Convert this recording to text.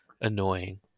annoying